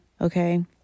okay